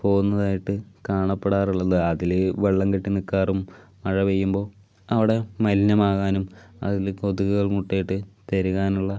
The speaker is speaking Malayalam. പോകുന്നതായിട്ട് കാണപ്പെടാറുള്ളതാണ് അതിൽ വെള്ളം കെട്ടി നിൽക്കാറും മഴ പെയ്യുമ്പോൾ അവിടെ മലിനമാകാനും അതിൽ കൊതുകുകൾ മുട്ടയിട്ട് പെരുകാനുള്ള